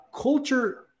culture